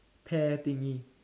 hair thingy